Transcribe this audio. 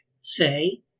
say